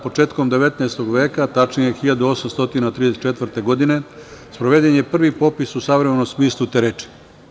Početkom 19. veka, tačnije 1834. godine, sproveden je prvi popis u savremenom smislu te reči.